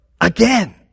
again